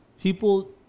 People